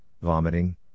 vomiting